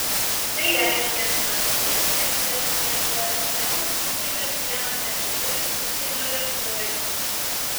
tai reiškė kad prie sssr sienos priskridęs vienas ar keli užsienio lėktuvai